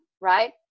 right